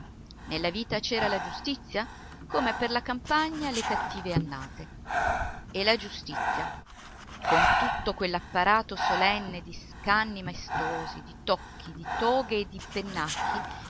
nella vita c'era la giustizia come per la campagna le cattive annate e la giustizia con tutto quell'apparato solenne di scanni maestosi di tocchi di toghe e di pennacchi